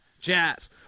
Jazz